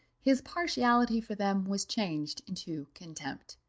his partiality for them was changed into contempt.